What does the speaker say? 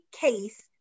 case